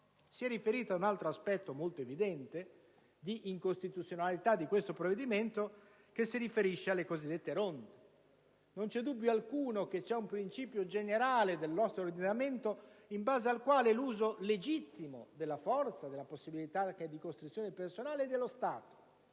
si è riferito ad un altro aspetto molto evidente di incostituzionalità di questo provvedimento, quello relativo alle cosiddette ronde. Non c'è dubbio alcuno che c'è un principio generale del nostro ordinamento in base al quale l'uso legittimo della forza, con possibilità di costrizione personale, è riservato